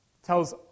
tells